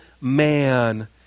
man